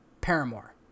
Paramore